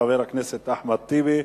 חבר הכנסת אחמד טיבי,